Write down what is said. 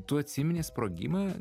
tu atsimeni sprogimą